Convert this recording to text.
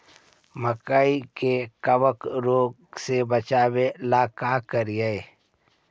मकई के कबक रोग से बचाबे ला का करि?